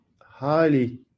highly